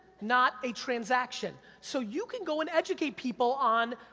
not a transaction, so you can go and educate people on.